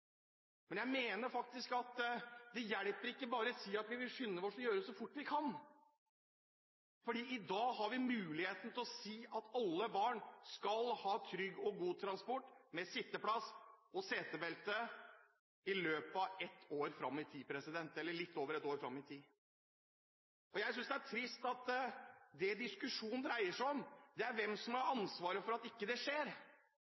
men jeg mener faktisk at det hjelper ikke bare å si at vi vil skynde oss å gjøre dette så fort vi kan, for i dag har vi muligheten til å si at alle barn skal ha trygg og god transport med sitteplass og setebelte i løpet av litt over ett år fram i tid. Jeg synes det er trist at det diskusjonen dreier seg om, er hvem som har ansvaret for at det ikke skjer.